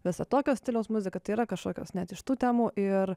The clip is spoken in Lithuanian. visa tokio stiliaus muzika tai yra kažkokios net iš tų temų ir